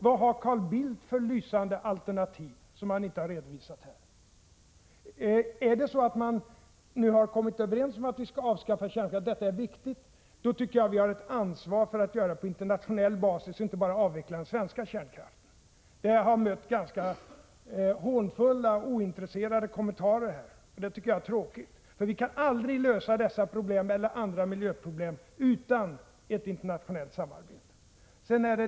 Vad har Carl Bildt för lysande alternativ som han inte har redovisat här? Har vi kommit överens om att avskaffa kärnkraften och tycker att detta är viktigt, då har vi ett ansvar för att göra det på internationell basis och inte bara genom att avveckla den svenska kärnkraften. Denna tanke har mötts av hånfulla och ointresserade kommentarer, och det är tråkigt. Vi kan aldrig lösa dessa problem eller andra miljöproblem utan ett internationellt samarbete.